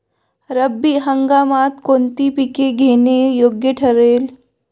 रब्बी हंगामात कोणती पिके घेणे योग्य ठरेल?